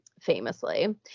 famously